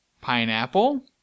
pineapple